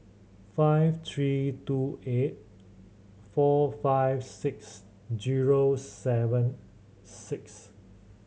five three two eight four five six zero seven six